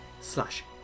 slash